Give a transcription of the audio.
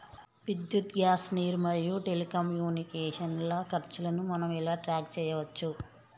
విద్యుత్ గ్యాస్ నీరు మరియు టెలికమ్యూనికేషన్ల ఖర్చులను మనం ఎలా ట్రాక్ చేయచ్చు?